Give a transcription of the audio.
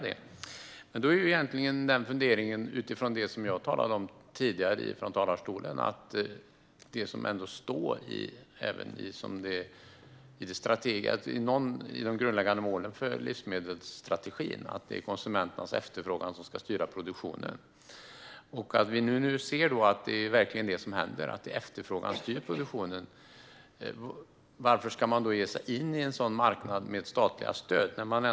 Jag har en fundering utifrån det jag talade om i talarstolen tidigare. I de grundläggande målen för livsmedelsstrategin står det att det är konsumenternas efterfrågan som ska styra produktionen. När vi ser att efterfrågan verkligen styr produktionen, varför ska man då ge sig in på en sådan marknad med statliga stöd?